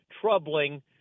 troubling